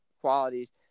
qualities